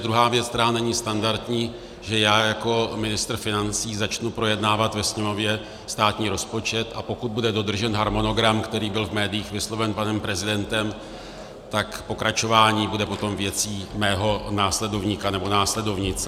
Druhá věc, která není standardní, že já jako ministr financí začnu projednávat ve sněmovně státní rozpočet, a pokud bude dodržen harmonogram, který byl v médiích vysloven panem prezidentem, tak pokračování bude potom věcí mého následovníka nebo následovnice.